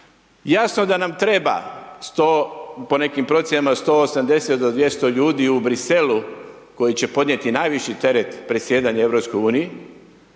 Jasno da nam treba 100, po nekim procjenama 180 do 200 ljudi u Briselu koji će podnijeti najviši teret predsjedanja u